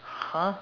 !huh!